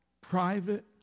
private